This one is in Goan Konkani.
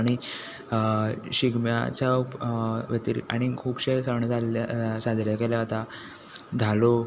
आनी शिगम्याच्या आनी खुबशे सण साजरे केले वता धालो